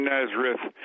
Nazareth